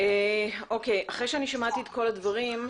אחרי ששמעתי את כל הדברים,